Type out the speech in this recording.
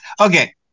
okay